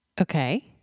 Okay